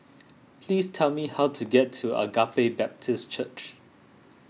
please tell me how to get to Agape Baptist Church